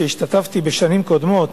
כשהשתתפתי בשנים קודמות,